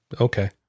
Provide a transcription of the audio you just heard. Okay